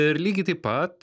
ir lygiai taip pat